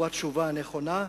הוא התשובה הנכונה.